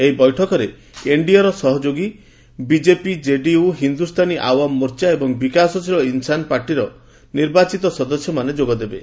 ଏହି ବୈଠକରେ ଏନ୍ଡିଏର ସହଯୋଗୀ ବିଜେପି କେଡିୟୁ ହିନ୍ଦୁସ୍ତାନୀ ଆୱାମ୍ ମୋର୍ଚ୍ଚା ଏବଂ ବିକାଶଶୀଳ ଇନ୍ସାନ୍ ପାର୍ଟିର ନିର୍ବାଚିତ ସଦସ୍ୟମାନେ ଯୋଗଦେବେ